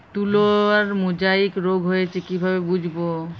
তুলার মোজাইক রোগ হয়েছে কিভাবে বুঝবো?